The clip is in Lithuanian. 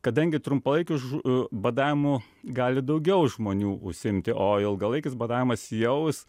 kadangi trumpalaikiu žu badavimu gali daugiau žmonių užsiimti o ilgalaikis badavimas jau jis